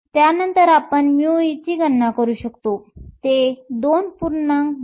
त्यानंतर आपण μe ची गणना करू शकतो जे 2